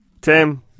Tim